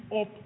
up